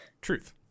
truth